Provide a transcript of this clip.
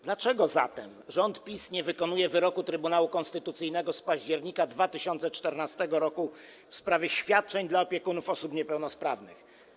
Dlaczego zatem rząd PiS nie wykonuje wyroku Trybunału Konstytucyjnego z października 2014 r. w sprawie świadczeń dla opiekunów osób niepełnosprawnych?